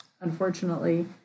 unfortunately